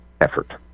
effort